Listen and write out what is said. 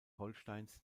holsteins